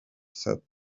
said